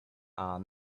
are